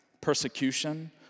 persecution